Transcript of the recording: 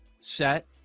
set